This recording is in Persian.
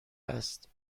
است